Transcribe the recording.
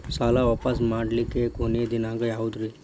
ಸಾಲಾ ವಾಪಸ್ ಮಾಡ್ಲಿಕ್ಕೆ ಕೊನಿ ದಿನಾಂಕ ಯಾವುದ್ರಿ?